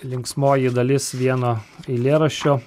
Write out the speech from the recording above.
linksmoji dalis vieno eilėraščio